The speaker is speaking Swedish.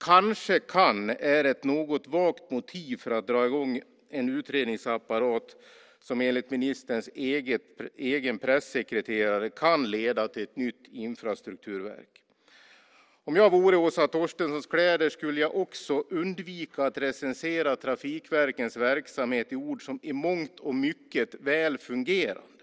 "Kanske kan" är ett något vagt motiv för att dra i gång en utredningsapparat som enligt ministerns egen pressekreterare kan leda till ett nytt infrastrukturverk. Om jag vore i Åsa Torstenssons kläder skulle jag också undvika att recensera trafikverkens verksamhet med ord som "i mångt och mycket väl fungerande".